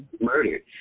murdered